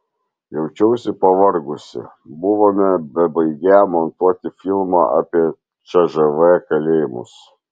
jaučiausi pavargusi buvome bebaigią montuoti filmą apie cžv kalėjimus